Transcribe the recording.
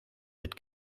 mit